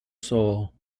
soul